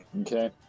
Okay